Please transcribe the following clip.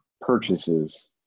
purchases